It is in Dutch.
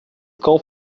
kalf